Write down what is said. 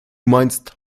meinst